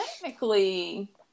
Technically